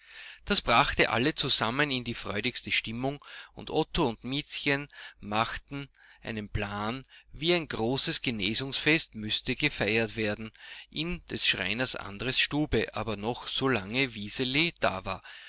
das brachte alle zusammen in die freudigste stimmung und otto und miezchen machten einen plan wie ein großes genesungsfest müßte gefeiert werden in des schreiners andres stube aber noch solange wiseli da war